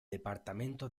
departamento